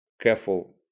careful